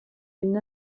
une